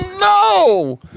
No